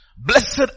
Blessed